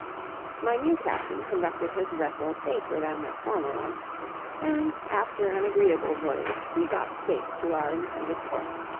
my new captain conducted his vessel safer than my former one and, after an agreeable voyage, we got safe to our intended port.